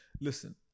listen